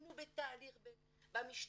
אם הוא בתהליך במשטרה,